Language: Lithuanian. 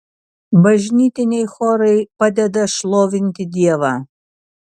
bažnytiniai chorai padeda šlovinti dievą